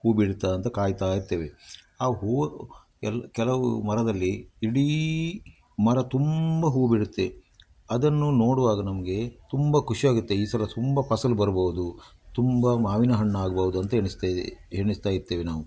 ಹೂ ಬಿಡುತ್ತ ಅಂತ ಕಾಯ್ತಾ ಇರ್ತೇವೆ ಆ ಹೂವು ಎಲ್ಲ ಕೆಲವು ಮರದಲ್ಲಿ ಇಡೀ ಮರ ತುಂಬ ಹೂ ಬಿಡುತ್ತೆ ಅದನ್ನು ನೋಡುವಾಗ ನಮಗೆ ತುಂಬ ಖುಷಿಯಾಗುತ್ತೆ ಈ ಸಲ ತುಂಬ ಫಸಲು ಬರ್ಬೋದು ತುಂಬ ಮಾವಿನ ಹಣ್ಣು ಆಗ್ಬೋದು ಅಂತ ಎಣಿಸುತ್ತಾಯಿ ಎಣಿಸುತ್ತಾ ಇರ್ತೇವೆ ನಾವು